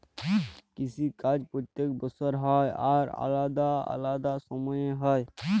কিসি কাজ প্যত্তেক বসর হ্যয় আর আলেদা আলেদা সময়ে হ্যয়